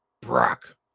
Brock